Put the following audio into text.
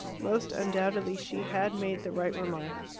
most undoubtedly she had made the right remark.